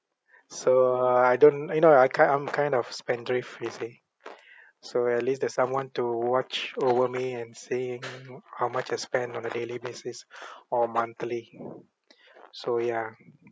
so I don't I know that I kind I'm kind of spendthrift you see so at least there's someone to watch over me and seeing uh how much I spend on a daily basis or monthly so ya